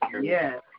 Yes